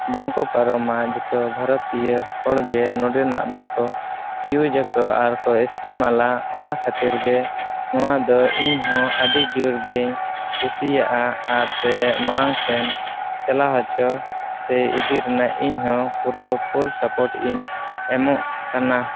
ᱵᱟᱝᱠᱚ ᱯᱟᱨᱚᱢᱟ ᱡᱚᱛᱚ ᱵᱷᱟᱨᱚᱛᱤᱭᱚ ᱦᱚᱲᱜᱮ ᱱᱚᱰᱮᱱᱟᱜ ᱫᱚᱠᱚ ᱤᱩᱭᱩᱡᱟᱠᱚ ᱟᱨ ᱠᱚ ᱮᱥᱛᱮᱢᱟᱞᱟ ᱚᱱᱟ ᱠᱷᱟᱛᱤᱨ ᱜᱮ ᱱᱚᱣᱟ ᱫᱚ ᱤᱧᱦᱚᱸ ᱟᱹᱰᱤ ᱡᱳᱨᱜᱮᱧ ᱠᱩᱥᱤᱭᱟᱜᱼᱟ ᱟᱨ ᱥᱮ ᱢᱟᱲᱟᱝ ᱥᱮᱱ ᱪᱟᱞᱟᱣ ᱦᱚᱪᱚ ᱥᱮ ᱤᱫᱤ ᱨᱮᱱᱟᱜ ᱤᱧᱦᱚᱸ ᱯᱩᱨᱟᱹ ᱯᱷᱩᱞ ᱥᱟᱯᱚᱴ ᱤᱧ ᱮᱢᱚᱜ ᱠᱟᱱᱟ